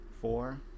four